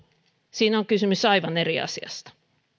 siinä on kysymys aivan eri asiasta